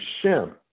Shem